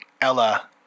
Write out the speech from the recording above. Ella